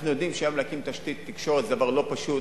אנחנו יודעים שהיום להקים תשתית תקשורת זה דבר לא פשוט,